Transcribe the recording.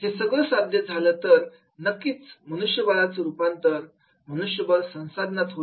हे सगळं साध्य झालं तर नक्कीच मनुष्यबळाच रूपांतर मनुष्यबळ संसाधनात होईल